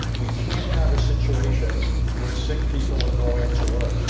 we can't have a situation where sick people are going to work.